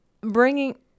bringing